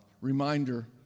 reminder